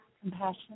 compassion